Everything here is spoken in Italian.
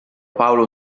paolo